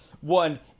One